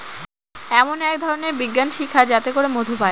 এমন এক ধরনের বিজ্ঞান শিক্ষা যাতে করে মধু পায়